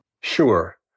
Sure